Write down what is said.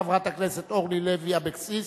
חברת הכנסת אורלי לוי אבקסיס.